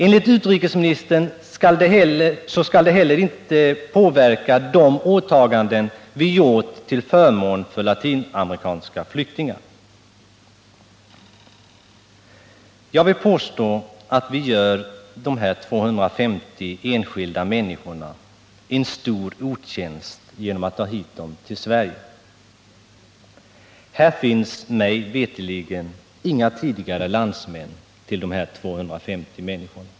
Enligt utrikesministern skall det inte heller påverka de åtaganden vi gjort till förmån för latinamerikanska flyktingar. Jag vill påstå att vi gör de här 250 enskilda människorna en stor otjänst genom att ta hit dem till Sverige. Här finns mig veterligt tidigare inga landsmän till dessa 250 flyktingar.